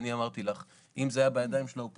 אני אמרתי לך: אם זה היה בידיים של האופוזיציה,